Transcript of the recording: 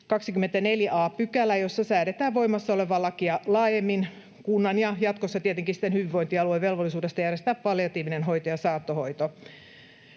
24 a §, jossa säädetään voimassa olevaa lakia laajemmin kunnan ja jatkossa tietenkin sitten hyvinvointialueen velvollisuudesta järjestää palliatiivinen hoito ja saattohoito.